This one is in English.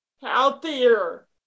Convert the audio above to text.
Healthier